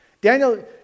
Daniel